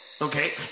okay